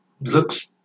looks